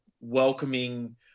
welcoming